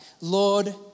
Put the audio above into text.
Lord